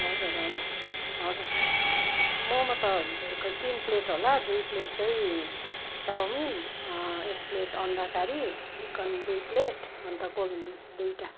हजुर हजुर हजुर मम त खै तिन प्लेट होला दुई प्लेट चाहिँ चाउमिन एक प्लेट अण्डा करी चिकन दुई प्लेट अन्त कोल्ड ड्रिन्क्स दुइवटा